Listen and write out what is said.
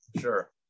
Sure